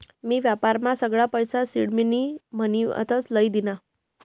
मी व्यापारमा सगळा पैसा सिडमनी म्हनीसन लई दीना